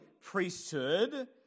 priesthood